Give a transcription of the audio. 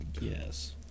Yes